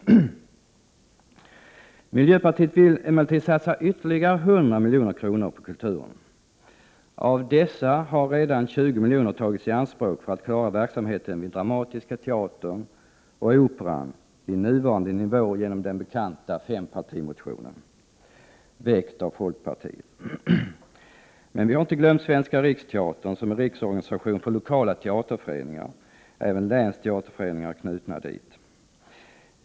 Miljöpartiet vill emellertid satsa ytterligare 100 milj.kr. på kulturen. Av dessa har redan 20 miljoner tagits i anspråk för att klara verksamheten vid Dramatiska teatern och Operan vid nuvarande nivå genom den bekanta fempartimotionen, initierad av folkpartiet. Men vi har inte glömt Svenska riksteatern, som är riksorganisation för lokala teaterföreningar. Även länsteaterföreningar är knutna dit.